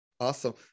Awesome